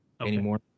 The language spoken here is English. anymore